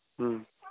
ம்